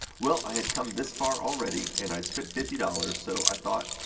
well, i had come this far, already, and i had spent fifty dollars, so i thought,